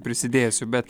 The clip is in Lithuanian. prisidėsiu bet